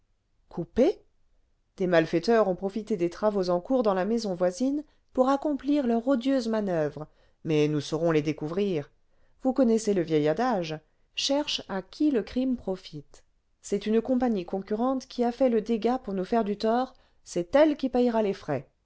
coupés des malfaiteurs ont profité des travaux en cours dans la maison voisine pour accomplir leur odieuse manoeuvre mais nous saurons les découvrir vous connaissez le vieil adage cherche à qui le crime profite c'est une compagnie concurrente qui a fait le dégât pour nous faire du tort c'est elle qui payera les frais